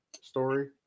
story